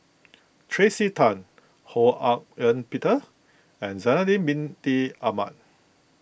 Tracey Tan Ho Hak Ean Peter and Zainal Abidin Ahmad